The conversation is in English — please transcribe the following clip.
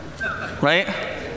right